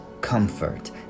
comfort